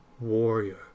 warrior